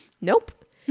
nope